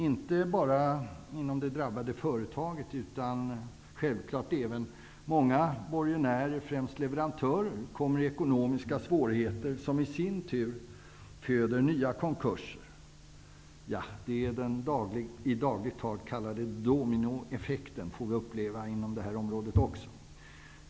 Inte bara det drabbade företaget utan även många borgenärer, främst leverantörer, kommer i ekonomiska svårigheter, som i sin tur ''föder'' nya konkurser. Det är den i dagligt tal s.k. dominoeffekten som vi får uppleva också på det här området.